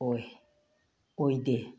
ꯑꯣꯏ ꯑꯣꯏꯗꯦ